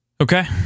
Okay